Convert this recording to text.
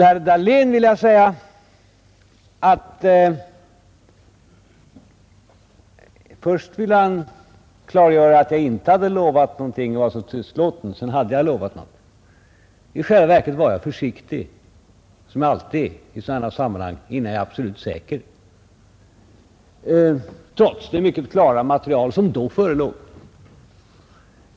Herr Dahlén ville först göra gällande att jag inte lovat någonting utan varit så tystlåten, och sedan att jag hade lovat någonting. I själva verket var jag försiktig — som jag alltid är i sådana här sammanhang innan jag är absolut säker — trots det mycket klara material som då förelåg.